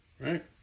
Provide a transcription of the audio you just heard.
Right